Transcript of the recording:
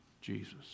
Jesus